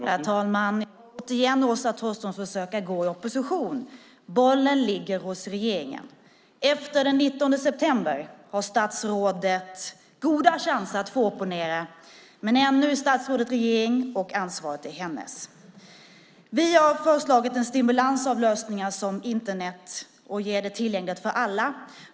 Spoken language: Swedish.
Herr talman! Återigen försöker Åsa Torstensson gå i opposition. Men bollen ligger hos regeringen. Efter den 19 september har statsrådet goda chanser att få opponera, men ännu sitter statsrådet i regeringen och ansvaret är hennes. Vi har föreslagit stimulanser för att göra Internet tillgängligt för alla.